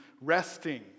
resting